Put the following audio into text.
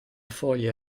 foglia